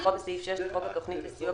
כנוסחו בסעיף 6 לחוק התכנית לסיוע